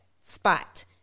spot